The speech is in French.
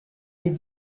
les